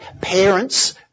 parents